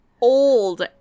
old